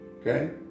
Okay